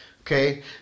Okay